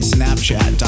Snapchat